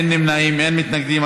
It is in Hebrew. אין נמנעים, אין מתנגדים.